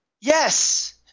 yes